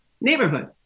neighborhood